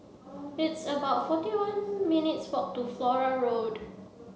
it's about forty one minutes' walk to Flora Road